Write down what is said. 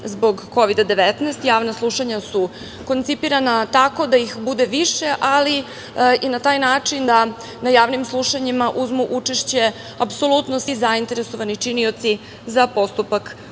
zbog kovida-19 javna slušanja su koncipirana tako da ih bude više, ali i na taj način da na javnim slušanjima uzmu učešće apsolutno svi zainteresovani činioci za postupak promene